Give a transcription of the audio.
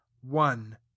one